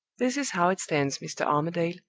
this is how it stands, mr. armadale.